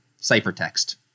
ciphertext